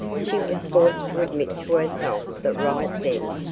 she was forced to admit to herself that right then,